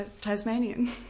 Tasmanian